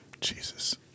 Jesus